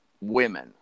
women